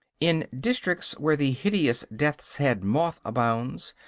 in districts where the hideous death's-head moth abounds,